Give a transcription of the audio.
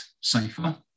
safer